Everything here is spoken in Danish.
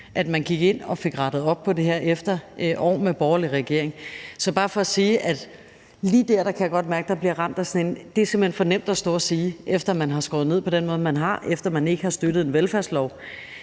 at man gik ind og fik rettet op på det her efter år med en borgerlig regering. Så det er bare for at sige, at jeg lige der godt kan mærke, at jeg bliver ramt af, at det simpelt hen er for nemt at stå og sige det. Efter at man har skåret ned på den måde, man har, og efter at man ikke har støttet en velfærdslov,